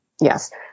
Yes